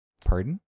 Pardon